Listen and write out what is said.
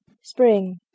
Spring